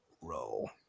roll